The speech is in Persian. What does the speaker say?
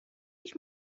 هیچ